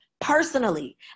Personally